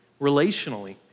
relationally